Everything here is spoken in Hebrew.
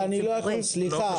אורלי, סליחה.